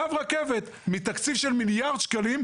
קו רכבת מתקציב של מיליארד שקלים,